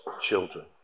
children